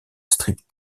strip